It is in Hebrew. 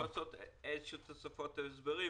אני יכול להוסיף תוספות והסברים,